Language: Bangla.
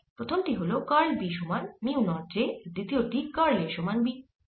প্রথম টি হল কার্ল B সমান মিউ নট j আর দ্বিতীয় টি কার্ল A সমান B